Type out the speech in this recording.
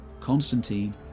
Constantine